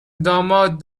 داماد